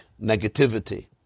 negativity